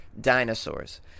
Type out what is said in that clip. dinosaurs